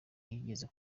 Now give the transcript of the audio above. yigeze